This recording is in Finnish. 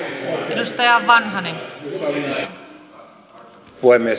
arvoisa puhemies